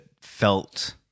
felt